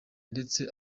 ndetse